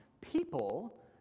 people